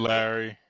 Larry